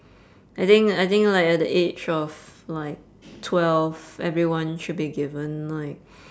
I think I think like at the age of like twelve everyone should be given like